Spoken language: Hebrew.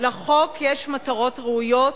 לחוק יש מטרות ראויות,